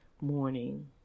morning